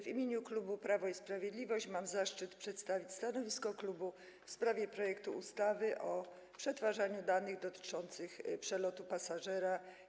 W imieniu klubu Prawo i Sprawiedliwość mam zaszczyt przedstawić stanowisko klubu w sprawie projektu ustawy o przetwarzaniu danych dotyczących przelotu pasażera.